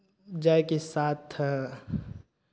जायके साथ